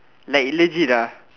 like legit ah